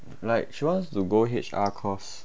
like she wants to go H_R cause